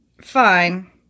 Fine